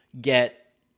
get